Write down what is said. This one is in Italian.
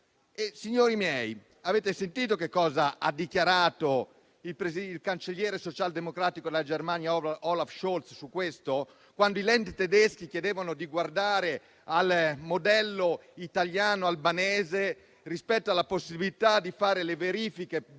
Signori miei, avete sentito che cosa ha dichiarato il cancelliere socialdemocratico della Germania, Olaf Scholz, su questo, quando i Länder tedeschi chiedevano di guardare al modello italo-albanese rispetto alla possibilità di fare le verifiche per